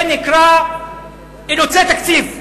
זה נקרא אילוצי תקציב.